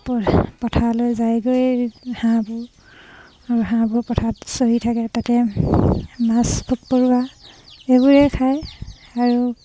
পথাৰলৈ যায়গৈ হাঁহবোৰ আৰু হাঁহবোৰ পথাৰত চৰি থাকে তাতে মাছ পোক পৰুৱা এইবোৰেই খায় আৰু